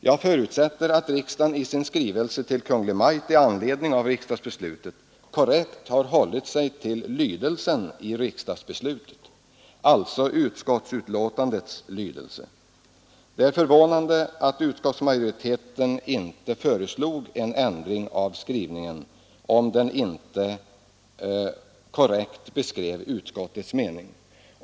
Jag förutsätter att riksdagen i sin skrivelse till Kungl. Maj:t i anledning av riksdagsbeslutet korrekt har hållit sig till lydelsen av riksdagsbeslutet, alltså utskottsbetänkandets lydelse. Det är förvånande att utskottsmajoriteten inte föreslog en ändring av skrivningen, om den inte korrekt återgav utskottets mening.